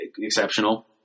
exceptional